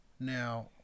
Now